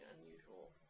unusual